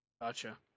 Gotcha